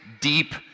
deep